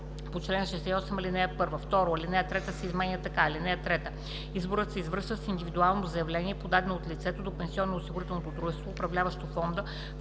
по чл. 68, ал. 1“. 2. Алинея 3 се изменя така: „(3) Изборът се извършва с индивидуално заявление, подадено от лицето до пенсионноосигурителното дружество, управляващо фонда,